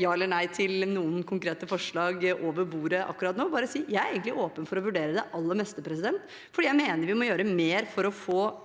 ja eller nei til noen konkrete forslag over bordet akkurat nå, bare si at jeg egentlig er åpen for å vurdere det aller meste, for jeg mener at vi må gjøre mer for å få